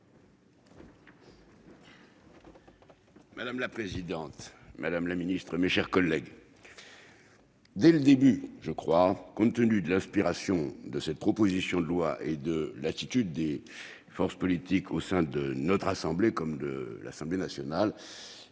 Madame la présidente, madame la ministre, mes chers collègues, compte tenu de l'inspiration de cette proposition de loi et de l'attitude des forces politiques au sein de notre assemblée comme de l'Assemblée nationale,